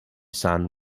sun